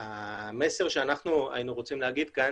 המסר שהיינו רוצים לומר כאן